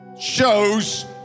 shows